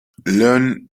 learn